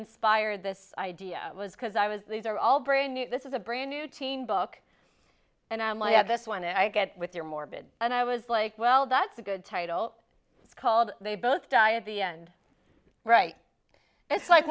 inspired this idea was because i was these are all brand new this is a brand new teen book and i'm like yeah this one i get with your morbid and i was like well that's a good title it's called they both die at the end right it's like